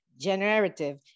generative